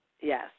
Yes